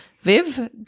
Viv